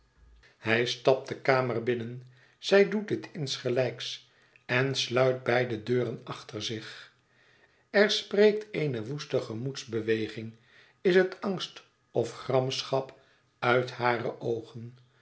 hij stapt de kamer binnen zij doet dit insgelijks en sluit beide deuren achter zich er spreekt eene woeste gemoedsbeweging is het angst of gramschap uit hare oogen